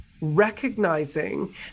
recognizing